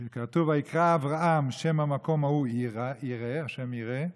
שכתוב: ויקרא אברהם את שם המקום ההוא ה' יראה,